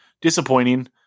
disappointing